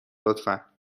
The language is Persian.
لطفا